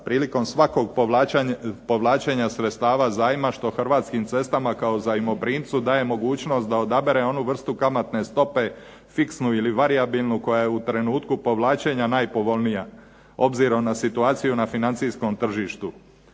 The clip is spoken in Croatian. prilikom svakog povlačenja sredstava zajma što Hrvatskim cestama kao zajmoprimcu daje mogućnost da odabere onu vrstu kamatne stope fiksnu ili varijabilnu koja je u trenutku povlačenja najpovoljnija obzirom na situaciju na financijskom tržištu.